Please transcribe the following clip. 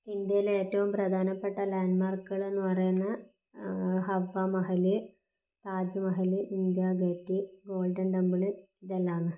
ഇന്ത്യയിലെ ഏറ്റവും പ്രധാനപ്പെട്ട ലാൻഡ് മാർക്കുകളെന്നു പറയുന്ന Hawa Mahal Taj Mahal India gate golden temple ഇതെല്ലാമാണ്